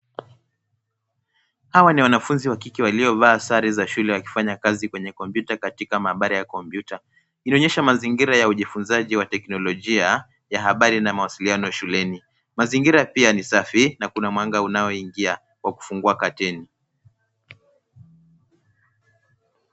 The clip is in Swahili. Hawa ni wanafunzi wa kike waliovaa sare za shule wakifanya kazi kwenye kompyuta katika maabara ya kompyuta. Inaonyesha mazingira ya ujifunzaji wa teknolojia ya habari na mawasiliano shuleni. Mazingira pia ni safi na kuna mwanga anaoingia kwa kufungua kateni.